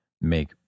make